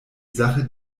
sache